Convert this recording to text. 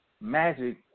Magic